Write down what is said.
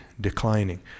declining